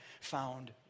found